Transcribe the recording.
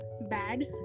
bad